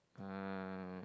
um